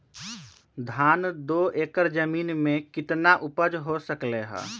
धान दो एकर जमीन में कितना उपज हो सकलेय ह?